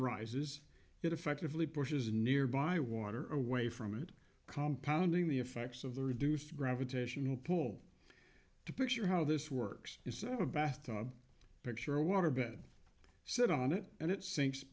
land rises it effectively pushes nearby water away from it compound ing the effects of the reduced gravitational pull to picture how this works is a bath tub picture a water bed sit on it and it sinks